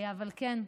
אבל כן,